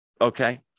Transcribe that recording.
okay